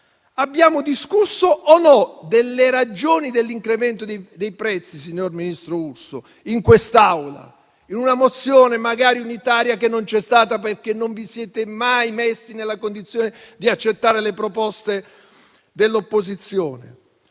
Abbiamo discusso o no delle ragioni dell'incremento dei prezzi, signor ministro Urso, in quest'Aula, in una mozione magari unitaria che non c'è stata, perché non vi siete mai messi nella condizione di accettare le proposte dell'opposizione?